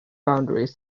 boundaries